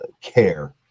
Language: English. care